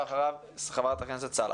בבקשה, חבר הכנסת משה אבוטבול.